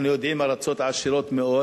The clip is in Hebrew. אנחנו יודעים כמה זה עולה בארצות עשירות מאוד.